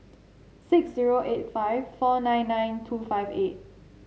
six zero eight five four nine nine two five eight